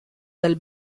del